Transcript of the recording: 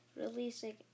releasing